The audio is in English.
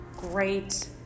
Great